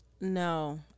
No